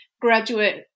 graduate